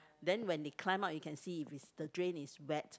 then when they climb out you see if it's the drain is wet